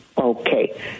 Okay